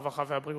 הרווחה והבריאות.